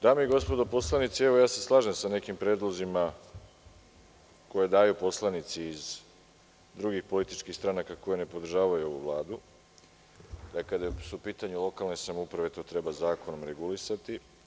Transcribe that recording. Dame i gospodo poslanici, evo ja se slažem sa nekim predlozima koje daju poslanici iz drugih političkih stranaka koje ne podržavaju ovu Vladu, da kada su u pitanju lokalne samouprave to treba zakonom regulisati.